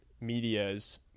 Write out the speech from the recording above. media's